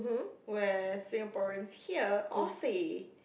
where Singaporeans hear or see